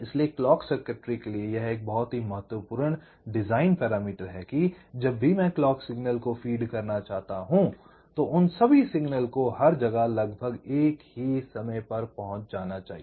इसलिए clock circuitry के लिए यह एक बहुत ही महत्वपूर्ण डिज़ाइन पैरामीटर है कि जब भी मैं क्लॉक सिग्नल को फीड करना चाहता हूं तो उन सभी सिग्नल को हर जगह लगभग एक ही समय पर पहुंचना चाहिए